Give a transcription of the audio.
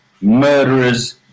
murderers